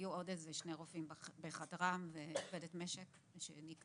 היו עוד איזה שני רופאים בחדרם ועובדת משק שניקתה.